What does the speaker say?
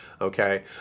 okay